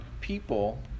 people